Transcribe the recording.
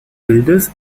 bildes